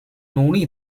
努力